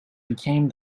became